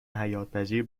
حیاتپذیر